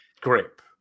grip